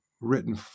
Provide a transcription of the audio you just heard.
written